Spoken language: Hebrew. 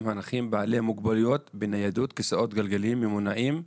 הנכים בעלי מוגבלויות בניידות כיסאות גלגלים ממונעים,